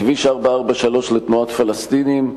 כביש 443 לתנועת פלסטינים.